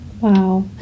Wow